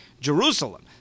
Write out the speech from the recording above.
Jerusalem